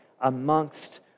amongst